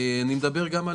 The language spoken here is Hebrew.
אני מדבר גם על